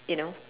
you know